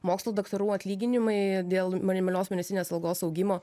mokslų daktarų atlyginimai dėl minimalios mėnesinės algos augimo